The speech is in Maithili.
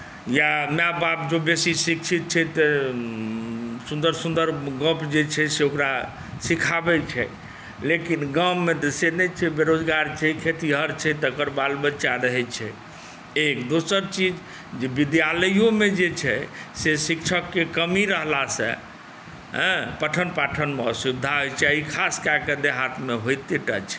या माय बाप जँ बेसी शिक्षित छै तऽ सुन्दर सुन्दर गप जे छै से ओकरा सिखाबैत छै लेकिन गाममे तऽ से नहि छै बेरोजगार छै खेतिहर छै तकर बाल बच्चा रहैत छै एक दोसर चीज जे विद्यालयोमे जे छै से शिक्षकके कमी रहलासँ ऐँ पठन पाठनमे असुविधा होइत छै खास कय कऽ देहातमे होइते टा छै